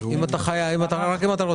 מה זה משנה?